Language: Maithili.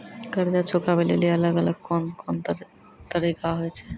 कर्जा चुकाबै लेली अलग अलग कोन कोन तरिका होय छै?